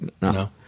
No